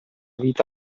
vita